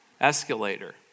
escalator